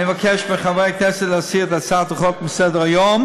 אני מבקש מחברי הכנסת להסיר את הצעת החוק מסדר-היום.